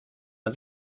man